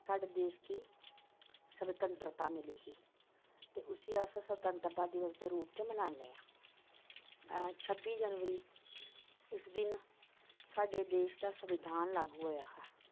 साढे देश गी स्वतत्रंता मिली ही ते उसी अस स्वतत्रंता दिवस दे रूप च मनाने आं छब्बी जनवरी इस दिन साढ़े देश दा संविधान लागू होएआ हा